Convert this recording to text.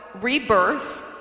rebirth